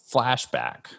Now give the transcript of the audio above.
flashback